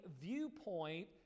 viewpoint